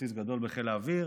בבסיס גדול בחיל האוויר,